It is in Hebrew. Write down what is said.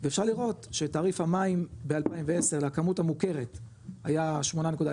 ואפשר לראות שתעריף המים ב-2010 לכמות המוכרת היה 81 ₪,